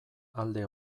alde